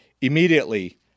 Immediately